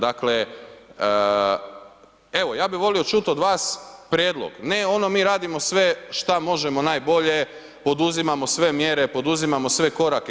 Dakle, evo ja bih volio čuti od vas prijedlog, ne ono mi radimo sve šta možemo najbolje, poduzimamo sve mjere, poduzimamo sve korake.